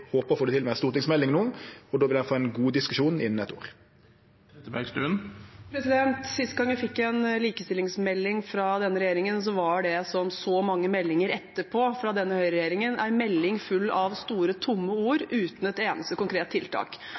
håper å få det til med ei stortingsmelding no, og då vil ein få ein god diskusjon innan eit år. Sist gang vi fikk en likestillingsmelding fra denne regjeringen, var det, som så mange meldinger etterpå fra denne høyreregjeringen, en melding full av store, tomme ord uten et eneste konkret tiltak.